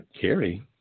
Carry